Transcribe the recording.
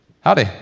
Howdy